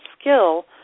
skill